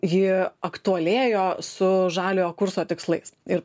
ji aktualėjo su žaliojo kurso tikslais ir